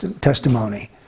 testimony